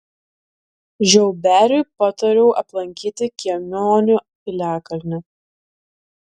žiauberiui patariau aplankyti kiemionių piliakalnį